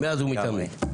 מאז ומתמיד.